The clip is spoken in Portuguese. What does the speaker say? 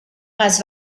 mas